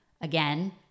Again